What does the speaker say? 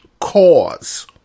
cause